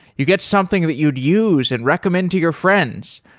you get something that you'd use and recommend to your friends.